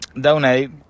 Donate